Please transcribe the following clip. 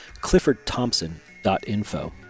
cliffordthompson.info